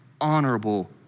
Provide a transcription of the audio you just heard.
honorable